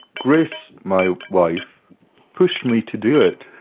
grace my wife pushed me to do it.